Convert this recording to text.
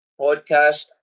podcast